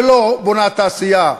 שלא בונה תעשייה.